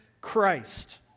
Christ